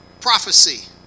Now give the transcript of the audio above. prophecy